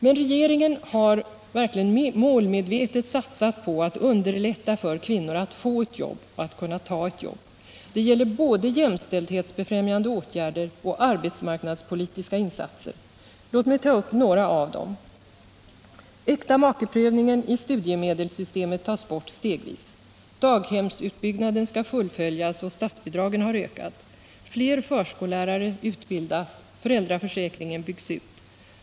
Men regeringen har verkligen målmedvetet satsat på att underlätta för kvinnor att få ett jobb, att kunna ta ett jobb. Det gäller både jämställdhetsbefrämjande åtgärder och arbetsmarknadspolitiska insatser. Låt mig ta upp några av dem. Äktamakeprövningen i studiemedelssystemet tas bort stegvis. Daghemsutbyggnaden skall fullföljas, och statsbidragen har ökat. Fler förskollärare utbildas, och föräldraförsäkringen byggs ut.